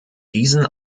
diesen